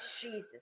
Jesus